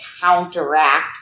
counteract